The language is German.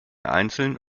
einzeln